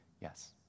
yes